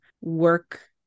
work